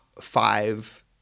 five